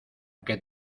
que